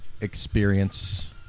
experience